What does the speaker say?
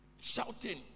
Shouting